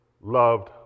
loved